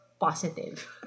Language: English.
positive